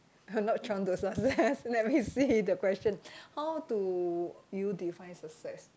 uh not chiong to success let me see the question how do you define success